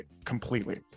Completely